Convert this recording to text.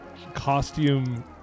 costume